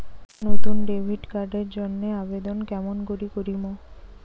নতুন debit card এর জন্যে আবেদন কেমন করি করিম?